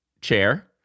chair